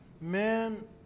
Man